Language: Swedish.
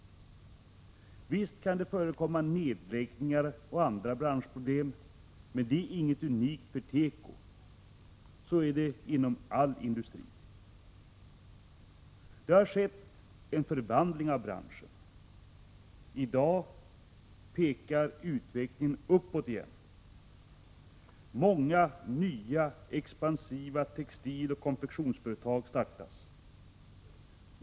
Visst kan det förekomma nedläggningar och andra branschproblem, men det är inget unikt för teko. Så är det inom all industri. ——— Det har skett en förvandling av branschen. ——— I dag pekar utvecklingen uppåt igen. Många nya expansiva textiloch konfektionsföretag startas.